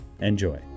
Enjoy